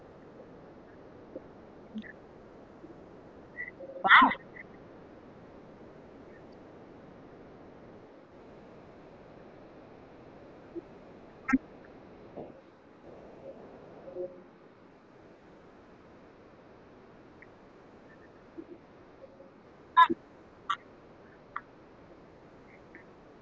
!wow!